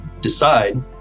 decide